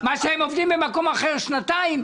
מה שהם עובדים במקום אחר שנתיים,